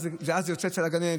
ואז זה יוצא אצל הגננת.